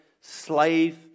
slave